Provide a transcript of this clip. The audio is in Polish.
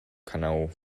kanału